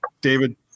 David